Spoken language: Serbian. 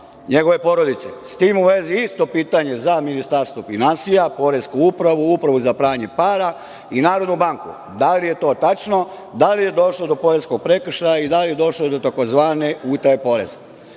njegove porodice?S tim u vezi, isto pitanje za Ministarstvo finansija, Poresku upravu, Upravu za pranje para i Narodnu banku – da li je to tačno, da li došlo do poreskog prekršaja i da li je došlo do tzv. utaje